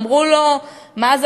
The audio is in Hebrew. אמרו לו: מה זה,